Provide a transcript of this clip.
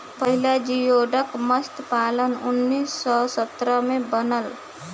पहिला जियोडक मतस्य पालन उन्नीस सौ सत्तर में बनल